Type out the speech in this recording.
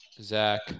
Zach